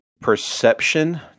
perception